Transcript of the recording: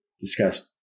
discussed